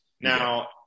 Now